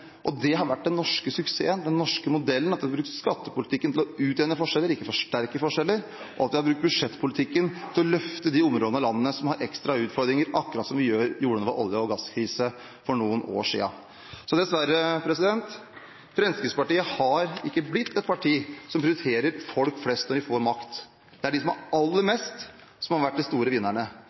har vært den norske suksessen, den norske modellen, at vi har brukt skattepolitikken til å utjevne forskjeller, ikke forsterke forskjeller, og at vi har brukt budsjettpolitikken til å løfte de områdene av landet som har ekstra utfordringer, akkurat som vi gjorde da det var olje- og gasskrise for noen år siden. Så, dessverre, Fremskrittspartiet har ikke blitt et parti som prioriterer folk flest når de får makt. Det er de som har aller mest, som har vært de store vinnerne.